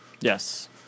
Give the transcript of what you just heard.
Yes